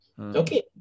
Okay